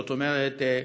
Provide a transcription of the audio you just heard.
זאת אומרת,